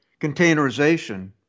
containerization